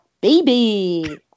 baby